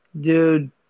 Dude